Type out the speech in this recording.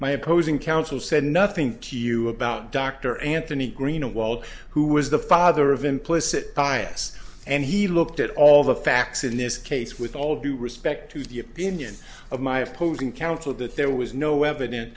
my opposing counsel said nothing q about dr anthony greenwald who was the father of implicit bias and he looked at all the facts in this case with all due respect to the opinion of my opposing counsel that there was no evidence